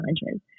challenges